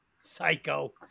psycho